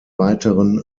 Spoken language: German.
weiteren